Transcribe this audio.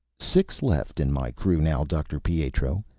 six left in my crew now, dr. pietro.